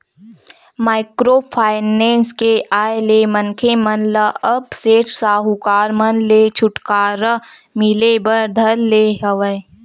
micro finance के आय ले मनखे मन ल अब सेठ साहूकार मन ले छूटकारा मिले बर धर ले हवय